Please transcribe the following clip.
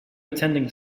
attending